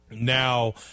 Now